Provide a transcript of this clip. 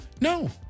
No